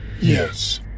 Yes